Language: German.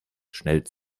schnell